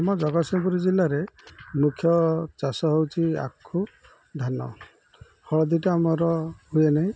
ଆମ ଜଗତସିଂହପୁରୁ ଜିଲ୍ଲାରେ ମୁଖ୍ୟ ଚାଷ ହେଉଛି ଆଖୁ ଧାନ ହଳଦୀଟା ଆମର ହୁଏ ନାହିଁ